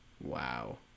wow